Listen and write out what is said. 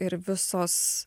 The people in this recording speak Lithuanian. ir visos